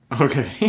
Okay